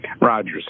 Rogers